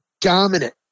dominant